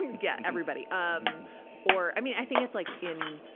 yeah everybody. um or, i mean, i think it's like in,